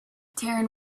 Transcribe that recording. taran